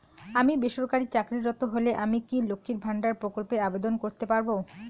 আমি বেসরকারি চাকরিরত হলে আমি কি লক্ষীর ভান্ডার প্রকল্পে আবেদন করতে পারব?